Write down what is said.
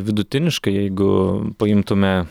vidutiniškai jeigu paimtume